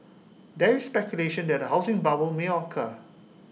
there is speculation that A housing bubble may occur